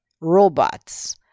robots